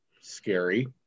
scary